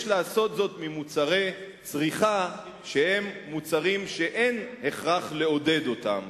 יש לעשות זאת במוצרי צריכה שאין הכרח לעודד אותם,